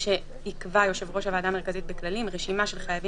באופן כללי זה הסעיף שהולך לקבוע איך הולכים להצביע חייבים